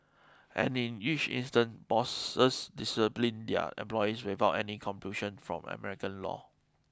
and in each instance bosses disciplined their employees without any compulsion from American law